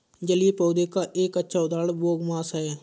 जलीय पौधों का एक अच्छा उदाहरण बोगमास है